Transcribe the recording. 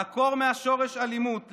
לעקור מהשורש אלימות,